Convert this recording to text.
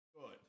good